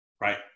Right